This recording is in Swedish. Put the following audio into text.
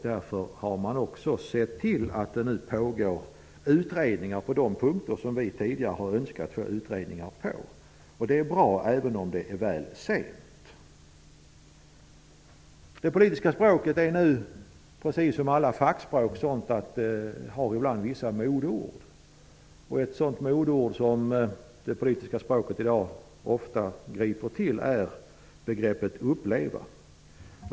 Därför har man också sett till att det nu pågår utredningar om de frågor som vi tidigare har önskat utreda. Det är bra, även om det är väl sent. Det politiska språket är precis som andra fackspråk. Det har ibland vissa modeord. Ett sådant modeord som man i det politiska språket i dag ofta tillgriper är ordet uppleva.